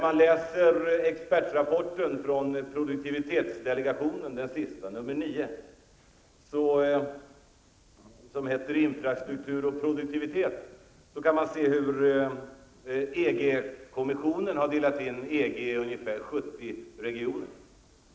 Av produktivitetsdelegationens senaste expertrapport, nr 9, ''Infrastruktur och produktivitet'', framgår att EG-kommissionen har delat in EG i ungefär 70 regioner.